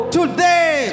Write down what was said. today